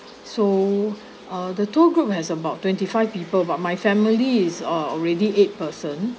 so uh the tour group has about twenty five people but my family is uh already eight person